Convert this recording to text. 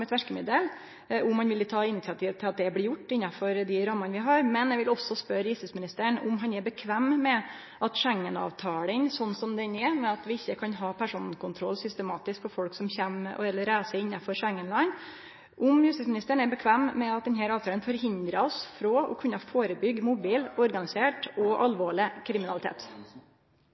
verkemiddel – om han vil ta initiativ til at det blir gjort innanfor dei rammene vi har. Eg vil også spørje justisministeren om han er komfortabel med at Schengen-avtalen – slik som avtalen er ved at vi ikkje kan ha personkontroll systematisk for folk som reiser innanfor Schengen-land – forhindrar oss frå å kunne førebyggje mobil organisert og alvorleg kriminalitet. Det skal godt la seg gjøre å